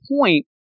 point